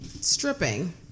stripping